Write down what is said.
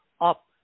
up